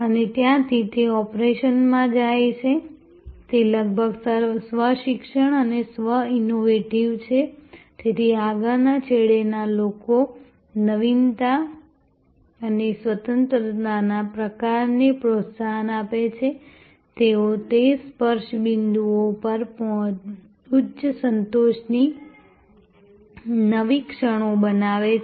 અને ત્યાંથી તે ઓપરેશનમાં જાય છે તે લગભગ સ્વ શિક્ષણ અને સ્વ ઇનોવેટીંગ છે તેથી આગળના છેડેના લોકો નવીનતા માટે સ્વતંત્રતાના પ્રકારને પ્રોત્સાહન આપે છે તેઓ તે સ્પર્શ બિંદુઓ પર ઉચ્ચ સંતોષની નવી ક્ષણો બનાવે છે